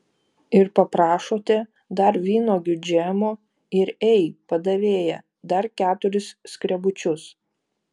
ir paprašote dar vynuogių džemo ir ei padavėja dar keturis skrebučius